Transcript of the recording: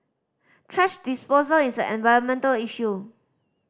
thrash disposal is an environmental issue